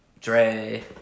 Dre